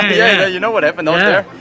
yeah, you know what happened over there.